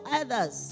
others